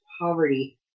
poverty